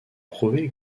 prouver